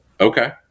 Okay